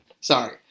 Sorry